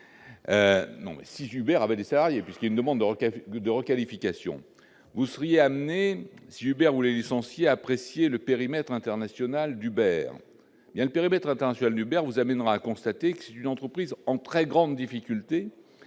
non mais si Hubert avait des salariés puisqu'il me demande de roquettes de requalification, vous seriez amené si Hubert les licenciés apprécier le périmètre international d'Hubert il bien le périmètre international d'Hubert vous amènera à constater que si une entreprise en très grande difficulté,